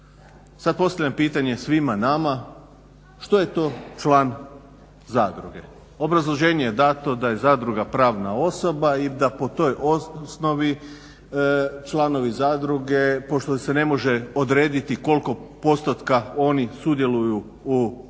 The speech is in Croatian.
Sad postavljam pitanje svima nama što je to član zadruge? Obrazloženje je dato da je zadruga pravna osoba i da po toj osnovi članovi zadruge pošto se ne može odrediti koliko postotka oni sudjeluju u vlasništvu